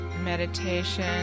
meditation